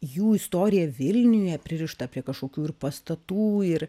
jų istorija vilniuje pririštą prie kažkokių pastatų ir